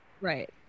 Right